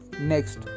Next